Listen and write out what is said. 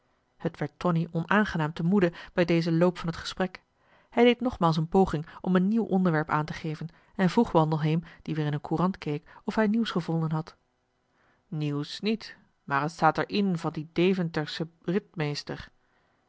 het werd tonie onaangenaam te moede bij dezen loop van het gesprek hij deed nogmaals een poging om een nieuw onderwerp aantegeven en vroeg wandelheem die weer in een courant keek of hij nieuws gevonden had nieuws niet maar het staat er in van dien deventerschen ritmeester